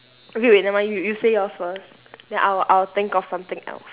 okay wait never mind you you say yours first then I'll I'll think of something else